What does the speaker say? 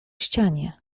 ścianie